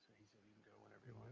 he said you can go whenever you want.